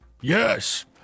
yes